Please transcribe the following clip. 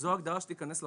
זו ההגדרה שתיכנס לחוק?